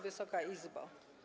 Wysoka Izbo!